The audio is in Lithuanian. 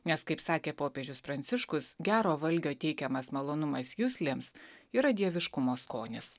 nes kaip sakė popiežius pranciškus gero valgio teikiamas malonumas juslėms yra dieviškumo skonis